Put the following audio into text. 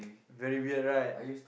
very weird right